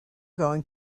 going